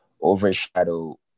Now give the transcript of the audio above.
overshadow